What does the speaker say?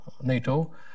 NATO